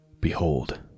Behold